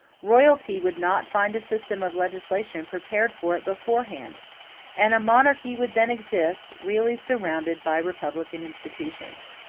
royalty would not find a system of legislation prepared for it beforehand and a monarchy would then exist, really surrounded by republican institutions.